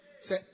Say